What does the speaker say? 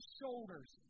shoulders